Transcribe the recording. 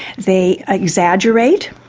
they exaggerate,